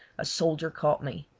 a soldier caught me.